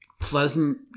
pleasant